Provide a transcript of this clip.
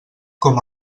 com